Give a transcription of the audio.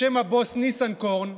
בשם הבוס ניסנקורן,